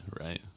right